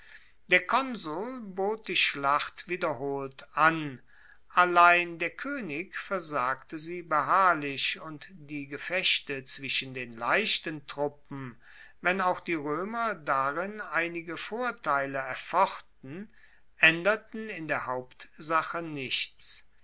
der konsul bot die schlacht wiederholt an allein der koenig versagte sie beharrlich und die gefechte zwischen den leichten truppen wenn auch die roemer darin einige vorteile erfochten aenderten in der hauptsache nichts